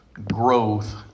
Growth